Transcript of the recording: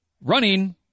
running